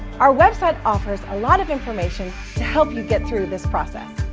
our website offers a lot of information to help you get through this process.